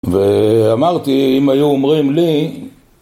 ואמרתי אם היו אומרים לי